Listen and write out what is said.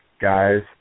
guys